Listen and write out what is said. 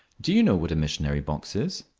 do you know what a missionary box is?